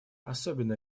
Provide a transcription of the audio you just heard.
особенно